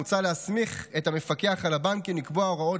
מוצע להסמיך את המפקח על הבנקים לקבוע הוראות